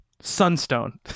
Sunstone